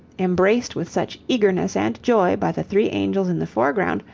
embraced with such eagerness and joy by the three angels in the foreground,